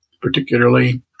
particularly